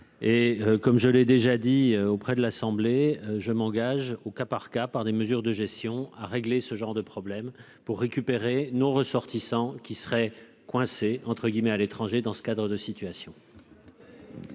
et comme je l'ai déjà dit auprès de l'Assemblée, je m'engage, au cas par cas par des mesures de gestion à régler ce genre de problème pour récupérer nos ressortissants qui serait coincé entre guillemets à l'étranger, dans ce cadre de situation.